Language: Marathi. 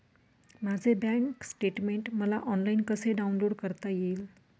माझे बँक स्टेटमेन्ट मला ऑनलाईन कसे डाउनलोड करता येईल?